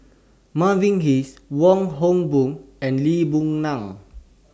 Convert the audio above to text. Mavis Hee Wong Hock Boon and Lee Boon Ngan